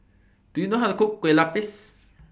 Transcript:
Do YOU know How to Cook Kue Lupis